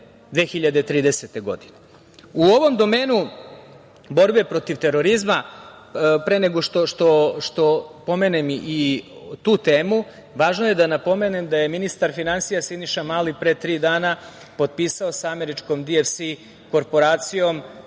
2030. godine.U ovom domenu borbe protiv terorizma, pre nego što pomenem i tu temu, važno je da napomenem da je ministar finansija Siniša Mali pre tri dana prepisao sa američkom DRS korporacijom